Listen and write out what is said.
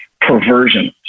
perversion